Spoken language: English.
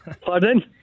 Pardon